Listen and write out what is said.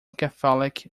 catholic